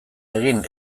egin